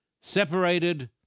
separated